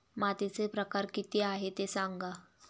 मातीचे प्रकार किती आहे ते सांगा